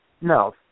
no